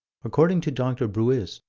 according to dr. buist,